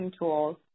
tools